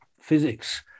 physics